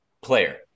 player